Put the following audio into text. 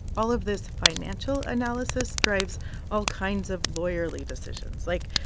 all of this financial analysis drives all kinds of lawyerly decisions like,